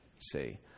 see